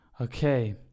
okay